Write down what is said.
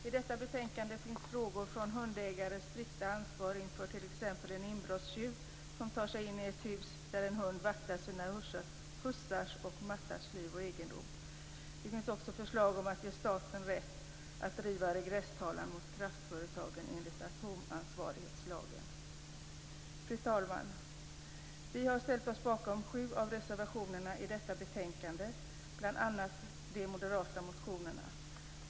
I detta betänkande tas bl.a. upp frågan om hundägares strikta ansvar inför t.ex. en inbrottstjuv som tar sig in i ett hus där en hund vaktar sin husses och mattes liv och egendom. Det finns också förslag om att ge staten rätt att driva regresstalan mot kraftföretagen enligt atomansvarighetslagen. Fru talman! Vi har ställt oss bakom sju av reservationerna i detta betänkande, bl.a. de moderata motionerna.